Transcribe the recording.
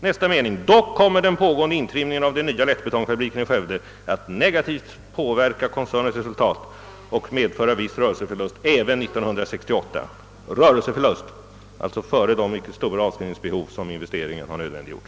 Nästa mening lyder emellertid: »Dock kommer den pågående intrimningen av den nya lättbetongfabriken i Skövde att negativt påverka koncernens resultat och medföra viss rörelseförlust även 1968.» Alltså blir det rörelseförlust före de mycket stora avskrivningsbehov som investeringen har nödvändiggjort.